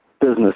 business